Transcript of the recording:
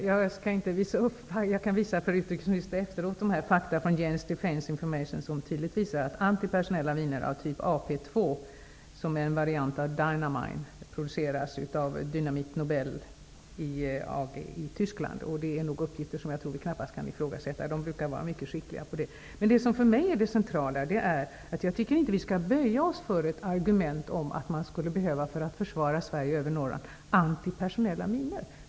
Fru talman! Jag kan efter debatten visa utrikesministern de fakta jag nämnde från Janes Defence Information som tydligt visar att antipersonella minor av typ AP2, som är en variant av dynamine, produceras av Dynamit Nobel AG i Tyskland. Detta är uppgifter som jag knappast tror att vi kan ifrågasätta. Dessa brukar vara mycket tillförlitliga. För mig är det centrala att vi inte skall böja oss för argumentet att man för att försvara Sverige och övre Norrland skulle behöva antipersonella minor.